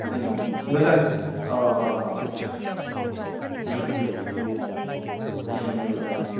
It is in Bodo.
मोजां अ ह ह ह